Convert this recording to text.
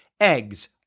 eggs